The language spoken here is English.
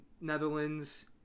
Netherlands